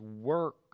work